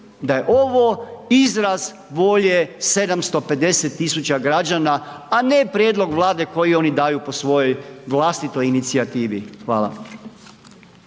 da je ovo izraz volje 750 000 građana, a ne prijedlog Vlade koji oni daju po svojoj vlastitoj inicijativi. Hvala.